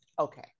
okay